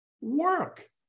work